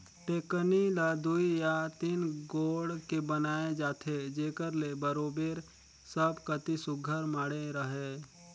टेकनी ल दुई या तीन गोड़ के बनाए जाथे जेकर ले बरोबेर सब कती सुग्घर माढ़े रहें